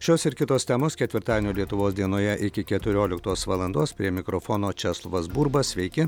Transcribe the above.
šios ir kitos temos ketvirtadienio lietuvos dienoje iki keturioliktos valandos prie mikrofono česlovas burba sveiki